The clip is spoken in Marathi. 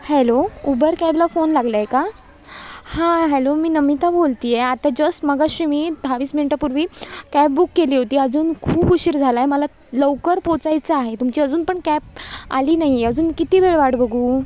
हॅलो उबर कॅबला फोन लागला आहे का हां हॅलो मी नमिता बोलत आहे आता जस्ट मघाशी मी दहा वीस मिनटापूर्वी कॅब बुक केली होती अजून खूप उशीर झाला आहे मला लवकर पोचायचं आहे तुमची अजून पण कॅब आली नाही आहे अजून किती वेळ वाट बघू